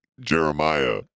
Jeremiah